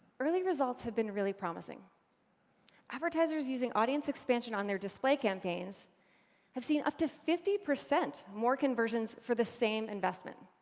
early results have been really promising advertisers using audience expansion on their display campaigns have seen up to fifty percent more conversions for the same investment.